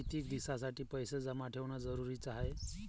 कितीक दिसासाठी पैसे जमा ठेवणं जरुरीच हाय?